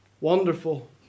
wonderful